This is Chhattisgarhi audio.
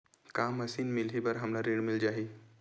का मशीन मिलही बर हमला ऋण मिल जाही?